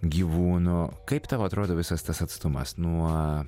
gyvūnų kaip tau atrodo visas tas atstumas nuo